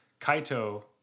kaito